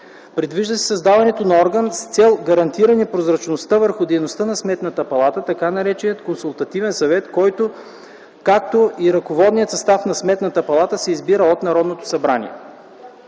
Предвижда се създаването на орган, с цел гарантиране прозрачността върху дейността на Сметната палата, така нареченият Консултативен съвет, който както и ръководният състав на Сметната палата, се избира от Народното събрание.